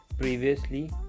previously